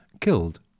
killed